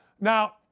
Now